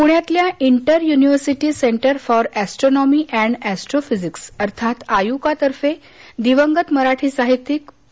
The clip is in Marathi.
प्ण्यातल्या inter university centre for astronomy and astrophysics अर्थात आयुकातर्फे दिवगंत मराठी साहित्यिक पु